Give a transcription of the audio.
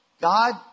God